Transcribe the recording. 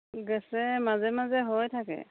gas মাজে মাজে হৈ থাকে